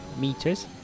meters